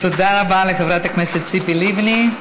תודה רבה לחברת הכנסת ציפי לבני.